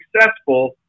successful